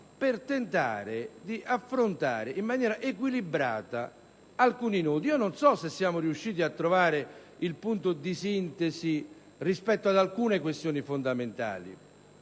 per cercare di affrontare alcuni nodi in maniera equilibrata. Non so se siamo riusciti a trovare il punto di sintesi rispetto ad alcune questioni fondamentali.